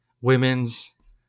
women's